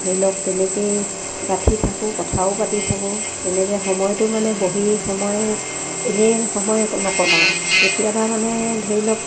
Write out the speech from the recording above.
ধৰি লওক তেনেকৈয়ে গাঁঠি থাকোঁ কথাও পাতি থাকোঁ তেনেকৈ সময়টো মানে বহি সময় এনেই সময় নকটাওঁ কেতিয়াবা মানে ধৰি লওক